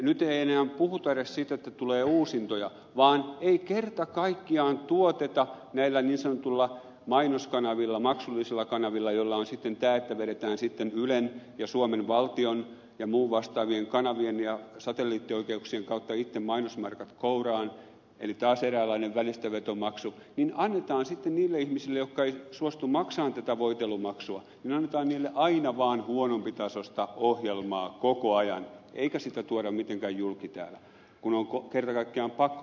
nyt ei enää puhuta edes siitä että tulee uusintoja vaan ei kerta kaikkiaan tuoteta muuta näillä niin sanotuilla mainoskanavilla maksullisilla kanavilla joilla on sitten tämä että vedetään ylen ja suomen valtion ja muiden vastaavien kanavien satelliittioikeuksien kautta itse mainosmarkat kouraan eli taas eräänlainen välistävetomaksu ja niille ihmisille jotka eivät suostu maksamaan tätä voitelumaksua annetaan aina vaan huonompitasoista ohjelmaa koko ajan eikä sitä tuoda mitenkään julki täällä vaikka on kerta kaikkiaan pakko tuoda